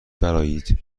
برآیید